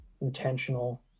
intentional